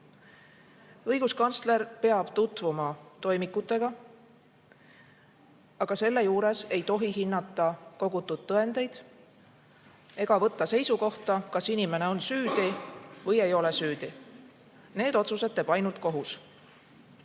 Õiguskantsler peab tutvuma toimikutega, aga selle juures ei tohi hinnata kogutud tõendeid ega võtta seisukohta, kas inimene on süüdi või ei ole süüdi. Need otsused teeb ainult kohus.